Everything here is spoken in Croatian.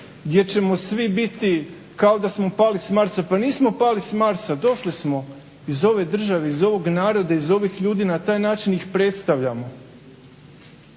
gdje ćemo svi biti kao da smo pali s Marsa. Pa nismo pali s Marsa, došli smo iz ove države, iz ovog naroda, iz ovih ljudi i na taj način ih predstavljamo.